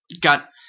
Got